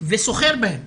וסוחרים בהם,